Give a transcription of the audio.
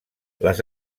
les